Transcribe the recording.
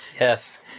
Yes